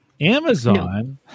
Amazon